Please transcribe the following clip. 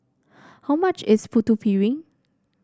how much is Putu Piring